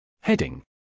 Heading